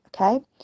okay